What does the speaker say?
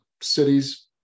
cities